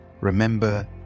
Remember